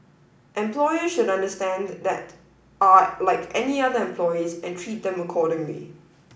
employer should understand that are like any other employees and treat them accordingly